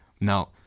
Now